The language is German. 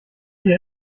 hier